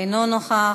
אינו נוכח.